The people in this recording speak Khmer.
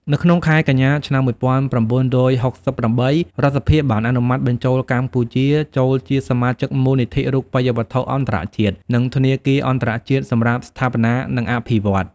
នៅក្នុងខែកញ្ញា ឆ្នាំ១៩៦៨ រដ្ឋសភាបានអនុម័តបញ្ចូលកម្ពុជាចូលជាសមាជិកមូលនិធិរូបិយវត្ថុអន្តរជាតិ និងធនាគារអន្តរជាតិសម្រាប់ស្ថាបនា និងអភិវឌ្ឍន៍។